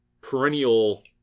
perennial